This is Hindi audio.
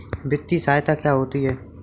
वित्तीय सहायता क्या होती है?